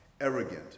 arrogant